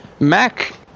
Mac